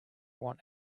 want